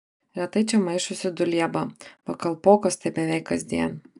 retai čia maišosi dulieba va kalpokas tai beveik kasdien